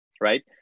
right